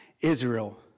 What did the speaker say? Israel